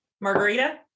Margarita